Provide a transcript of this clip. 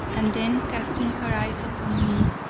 and then casting her eyes upon me,